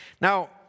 Now